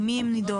עם מי הם נידונו?